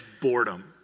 boredom